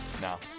Now